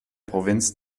provinz